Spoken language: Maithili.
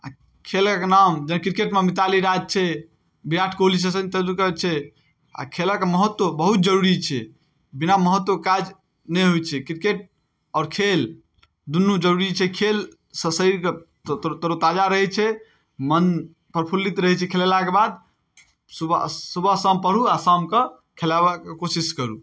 आओर खेलक नाम जेना क्रिकेटमे मिताली राज छै विराट कोहली सचिन तेंदुलकर छै आओर खेलक महत्त्व बहुत जरुरी छै बिना महत्त्वके काज नहि होइ छै क्रिकेट आओर खेल दुनू जरुरी छै खेल ससैर कऽ तरोताजा रहै छै मन प्रफुल्लित रहै छै खेलेलाक बाद सुबह सुबह शाम पढू आओर शाम कऽ खेलेबाक कोशिश करू